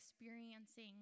experiencing